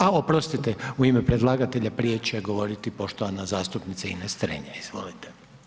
A oprostite, u ime predlagatelja prije će govoriti poštovana zastupnica Ines Strenja, izvolite.